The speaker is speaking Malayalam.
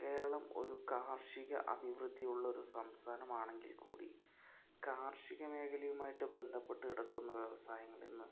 കേരളം ഒരു കാർഷിക അഭിവൃദ്ധിയുള്ള ഒരു സംസ്ഥാനം ആണെങ്കിൽ കൂടി കാർഷിക മേഖലയുമായിട്ട് ബന്ധപ്പെട്ട് കിടക്കുന്ന വ്യവസായങ്ങൾ ഇന്ന്